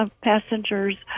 passengers